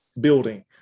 building